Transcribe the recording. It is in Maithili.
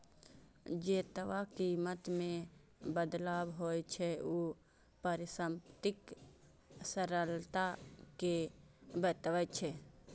जेतबा कीमत मे बदलाव होइ छै, ऊ परिसंपत्तिक तरलता कें बतबै छै